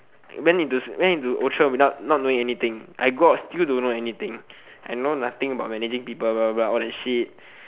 went into went into Outram without not knowing anything I go out still not knowing anything I know nothing about managing people blah blah blah all that shit